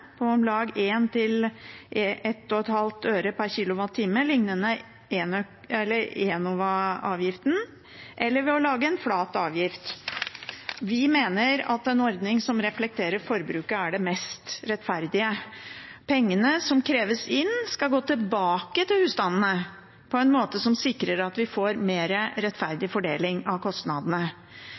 på om lag 1–1,5 øre per kWh, liknende Enova-avgiften, eller ved å lage en flat avgift. Vi mener en ordning som reflekterer forbruket er det mest rettferdige. Pengene som kreves inn, skal gå tilbake til husstandene på en måte som sikrer at vi får mer rettferdig fordeling av kostnadene.